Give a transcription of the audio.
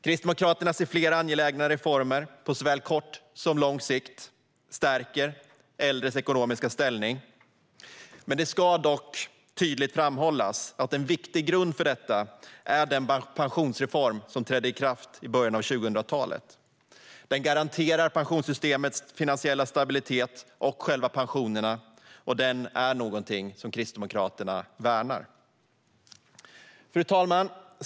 Kristdemokraterna ser flera angelägna reformer som på såväl kort som lång sikt stärker äldres ekonomiska ställning. Det ska dock tydligt framhållas att en viktig grund för detta är den pensionsreform som trädde i kraft i början av 2000-talet. Den garanterar pensionssystemets finansiella stabilitet och själva pensionerna, och den är något som Kristdemokraterna värnar. Fru talman!